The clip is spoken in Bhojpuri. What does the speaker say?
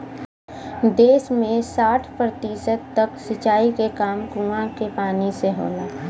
देस में साठ प्रतिशत तक सिंचाई के काम कूंआ के पानी से होला